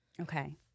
Okay